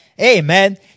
Amen